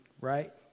right